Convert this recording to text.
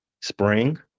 spring